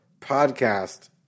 podcast